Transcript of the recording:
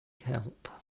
help